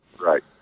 Right